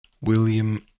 William